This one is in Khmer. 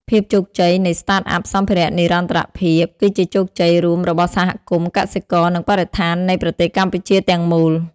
ភាពជោគជ័យនៃ Startup សម្ភារៈនិរន្តរភាព គឺជាជោគជ័យរួមរបស់សហគមន៍ កសិករ និងបរិស្ថាននៃប្រទេសកម្ពុជាទាំងមូល។